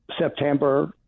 September